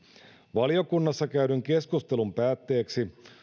valiokunnassa käydyn keskustelun päätteeksi